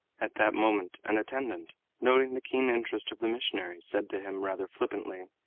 at that moment an attendant, noting the keen interest of the missionary, said to him rather flippantly,